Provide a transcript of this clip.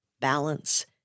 balance